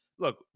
Look